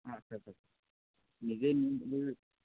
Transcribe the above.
আচ্ছা আচ্ছা নিজেই কিনি ল'ব